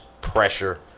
pressure